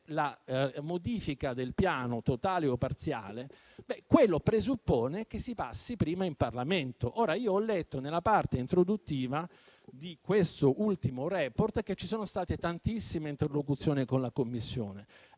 la modifica del Piano, totale o parziale, presuppone che si passi prima in Parlamento. Ora, nella parte introduttiva di questo ultimo *report* ho letto che ci sono state tantissime interlocuzioni con la Commissione.